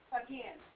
again